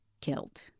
killed